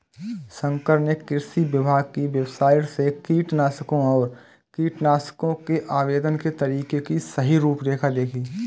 शंकर ने कृषि विभाग की वेबसाइट से कीटनाशकों और कीटनाशकों के आवेदन के तरीके की सही रूपरेखा देखी